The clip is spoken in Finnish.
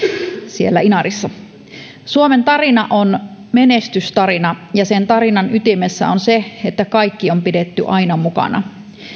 suomen tarina on menestystarina ja sen tarinan ytimessä on se että kaikki on pidetty aina mukana